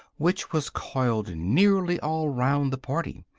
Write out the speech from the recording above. which was coiled nearly all round the party,